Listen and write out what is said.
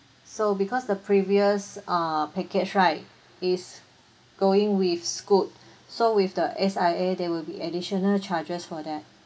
so because the previous err package right is going with Scoot so with the S_I_A there will be additional charges for that